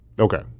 okay